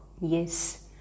yes